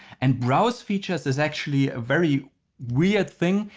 and browse features is actually a very weird thing.